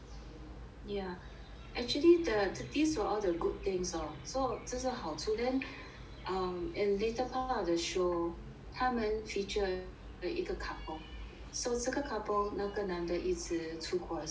yeah actually the these were all the good things lor 就是好处 then um in the later part of the show 他们 feature 一个 couple so 这个 couple 那个男的一直出国还是什么